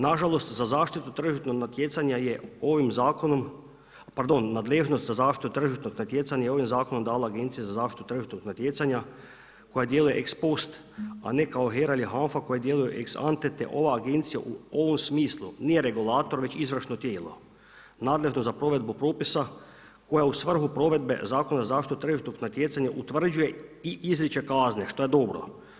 Na žalost za zaštitu tržišnog natjecanja je ovim zakonom, pardon nadležnost za zaštitu tržišnog natjecanja je ovim zakonom dala Agencija za zaštitu tržišnog natjecanja koja djeluje ex post a ne kao HERA ili HANFA koje djeluje ex ante, te ova agencija u ovom smislu nije regulator već izvršno tijelo nadležno za provedbu propisa koja u svrhu provedbe Zakona o zaštiti tržišnog natjecanja utvrđuje i izričaj kazne što je dobro.